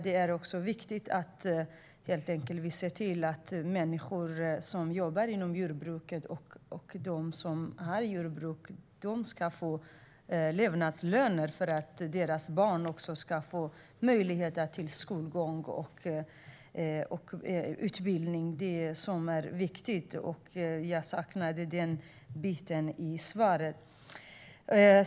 Det är också viktigt att vi ser till att människor som jobbar inom jordbruket och de som har jordbruk ska få löner som går att leva på för att deras barn ska få möjligheter till skolgång och utbildning. Det är viktigt. Jag saknade den biten i svaret.